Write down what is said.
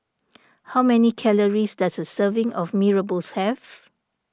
how many calories does a serving of Mee Rebus have